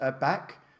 back